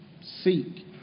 seek